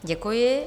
Děkuji.